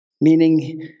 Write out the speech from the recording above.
Meaning